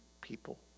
people